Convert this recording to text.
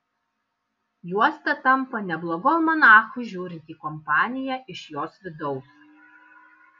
juosta tampa neblogu almanachu žiūrint į kompaniją iš jos vidaus